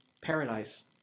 paradise